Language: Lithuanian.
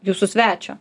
jūsų svečio